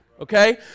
Okay